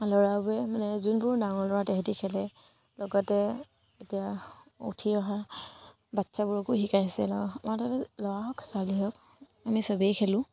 ল'ৰাবোৰে মানে যোনবোৰ ডাঙৰ ল'ৰা সিহঁতি খেলে লগতে এতিয়া উঠি অহা বাচ্ছাবোৰকো শিকাইছে আমাৰ তাতে ল'ৰা হওক ছোৱালী হওক আমি চবেই খেলোঁ